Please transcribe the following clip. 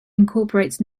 incorporates